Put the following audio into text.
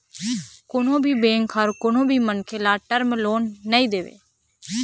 कोनो भी बेंक ह कोनो भी मनखे ल टर्म लोन नइ देवय